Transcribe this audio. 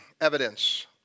evidence